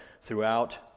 throughout